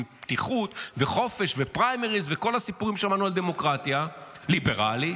עם פתיחות וחופש ופריימריז וכל הסיפורים ששמענו על דמוקרטיה ליברלית,